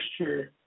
sure